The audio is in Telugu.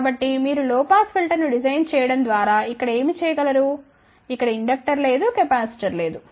కాబట్టి మీరు లో పాస్ ఫిల్టర్ను డిజైన్ చేయడం ద్వారా ఇక్కడ ఏమి చేయగలరు ఇక్కడ ఇండక్టర్ లేదు కెపాసిటర్ లేదు